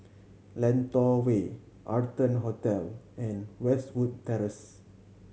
Lentor Way Arton Hotel and Westwood Terrace